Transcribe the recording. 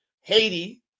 Haiti